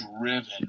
driven